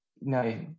no